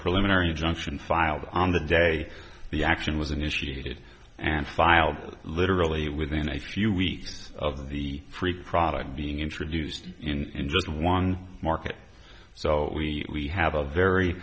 preliminary injunction filed on the day the action was initiated and filed literally within a few weeks of the free product being introduced in just one market so we have a very